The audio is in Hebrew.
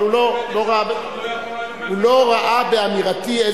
הוא לא ראה באמירתי,